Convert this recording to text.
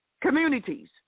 Communities